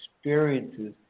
experiences